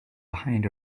behind